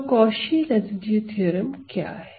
तो Cauchy residue theorem क्या है